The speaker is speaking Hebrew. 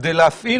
כדי להפעיל